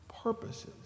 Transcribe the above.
purposes